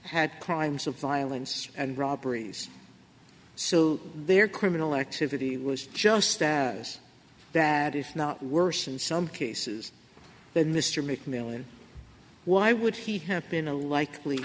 had crimes of violence and robberies so their criminal activity was just as that if not worse in some cases than mr mcmillan why would he have been a likely